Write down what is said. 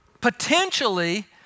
potentially